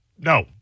No